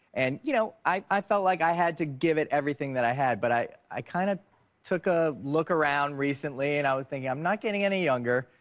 and you know, i felt like i had to give it everything that i had. but i i kind of took a look around recently and i was thinking i'm not gelling any younger.